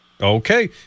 Okay